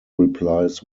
replies